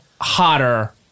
hotter